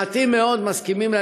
מעטים מאוד מסכימים,